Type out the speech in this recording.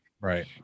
right